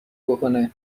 بکنه